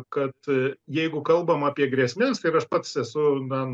kad jeigu kalbam apie grėsmes tai ir aš pats esu na